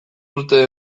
urte